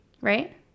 right